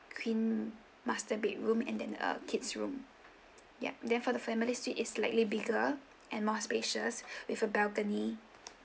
queen master bedroom and then a kid's room yup then for the family suite is slightly bigger and more spacious with a balcony